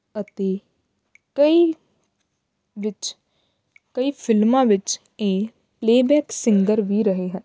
ਅਤੇ ਕਈ ਵਿੱਚ ਕਈ ਫਿਲਮਾਂ ਵਿੱਚ ਇਹ ਪਲੇਬੈਕ ਸਿੰਗਰ ਵੀ ਰਹੇ ਹਨ